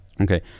Okay